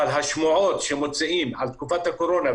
אבל השמועות שמוציאים על תקופת הקורונה,